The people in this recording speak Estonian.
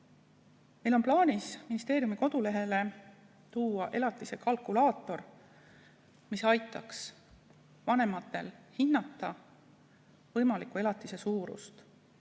Meil on plaanis ministeeriumi kodulehele panna elatise kalkulaator, mis aitaks vanematel hinnata võimalikku elatise suurust.